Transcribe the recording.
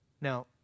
Now